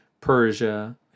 Persia